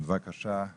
אנחנו בפרק של הניידות.